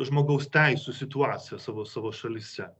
žmogaus teisių situaciją savo savo šalyse